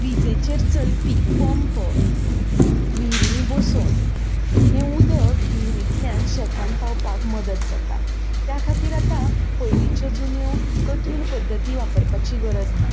विजेचेर चलपी पंप बसोवन हें उदक शेतांत पावपाक मदत जाता त्या खातीर आतां पयलींच्यो जुन्यो कठीण पद्दती वापरपाची गरज ना